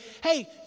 hey